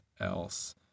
else